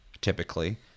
typically